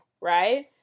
right